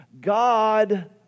God